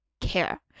care